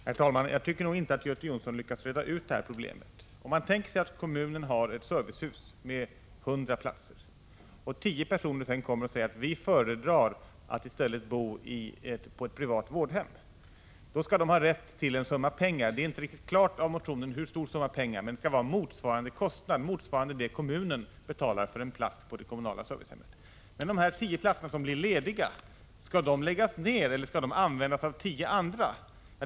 Herr talman! Jag tycker inte att Göte Jonsson lyckades reda ut problemet. Vi kan tänka oss att kommunen har ett servicehus med 100 platser. Tio personer kommer och säger: Vi föredrar att i stället bo på ett privat vårdhem. De skall då ha rätt till en summa pengar. Det framgår inte riktigt klart av motionen hur stor denna summa får vara, men beloppet skall motsvara vad kommunen betalar för en plats på det kommunala servicehemmet. Skall de tio platser som blir lediga läggas ned, eller skall de användas av tio andra?